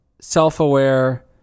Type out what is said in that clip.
self-aware